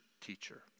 teacher